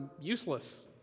useless